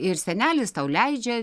ir senelis tau leidžia